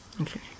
Okay